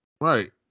Right